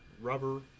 rubber